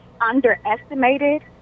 underestimated